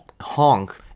honk